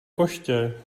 koště